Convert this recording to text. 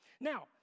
Now